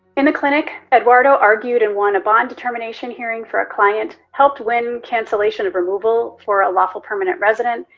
in the clinic, eduardo argued and won a bond determination hearing for a client, helped win cancellation of removal for a lawful permanent resident,